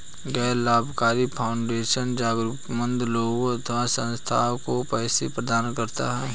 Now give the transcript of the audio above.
गैर लाभकारी फाउंडेशन जरूरतमन्द लोगों अथवा संस्थाओं को पैसे प्रदान करता है